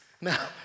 Now